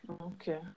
Okay